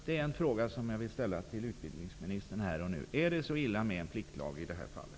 Det är en fråga som jag vill ställa till utbildningsministern här och nu: Är det så illa med ett påbud i det här fallet?